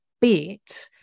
bit